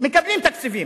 מקבלים תקציבים.